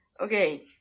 Okay